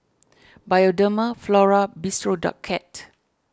Bioderma Flora Bistro Cat